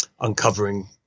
uncovering